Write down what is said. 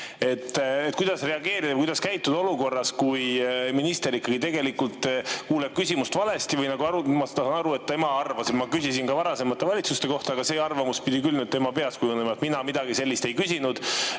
Kuidas reageerida või kuidas käituda olukorras, kui minister tegelikult kuuleb küsimust valesti? Ma saan aru, et tema arvas, et ma küsisin ka varasemate valitsuste kohta, aga see arvamus pidi küll tema peas kujunema, sest mina midagi sellist ei küsinud.